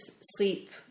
sleep